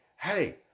hey